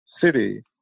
city